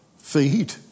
Feed